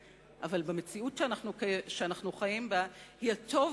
אבל במציאות שאנחנו חיים בה היא הטוב